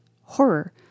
horror